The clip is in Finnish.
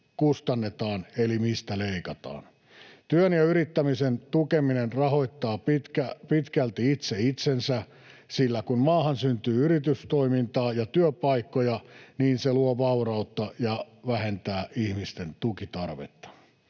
kustannetaan eli mistä leikataan. Työn ja yrittämisen tukeminen rahoittaa pitkälti itse itsensä, sillä kun maahan syntyy yritystoimintaa ja työpaikkoja, niin se luo vaurautta ja vähentää ihmisten tukitarvetta.